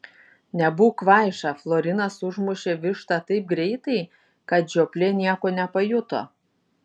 nebūk kvaiša florinas užmušė vištą taip greitai kad žioplė nieko nepajuto